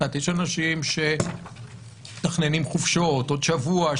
יש אנשים שמתכננים חופשות עוד שבוע,